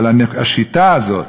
אבל השיטה הזאת,